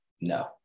No